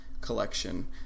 collection